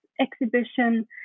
exhibition